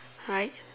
right